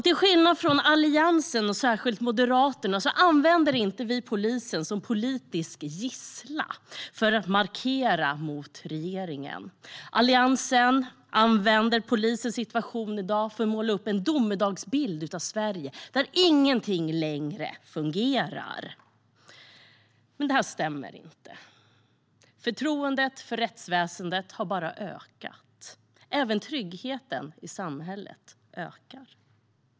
Till skillnad från Alliansen och särskilt Moderaterna använder inte vi polisen som politisk gisslan för att markera mot regeringen. Alliansen använder polisens situation i dag för att måla upp en domedagsbild av ett Sverige där ingenting längre fungerar. Det här stämmer inte. Förtroendet för rättsväsendet har bara ökat. Även tryggheten i samhället ökar.